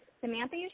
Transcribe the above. Samantha